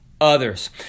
others